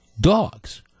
dogs